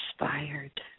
inspired